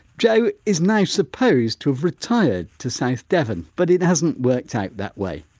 jo is now supposed to have retired to south devon but it hasn't worked out that way.